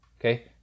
Okay